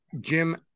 Jim